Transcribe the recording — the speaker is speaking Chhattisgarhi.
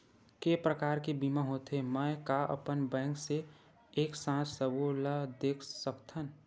के प्रकार के बीमा होथे मै का अपन बैंक से एक साथ सबो ला देख सकथन?